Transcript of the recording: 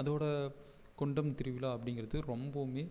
அதோட கொண்டம் திருவிழா அப்படிங்கறது ரொம்பவுமே